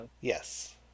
Yes